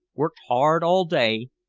worked hard all day,